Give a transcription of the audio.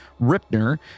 Ripner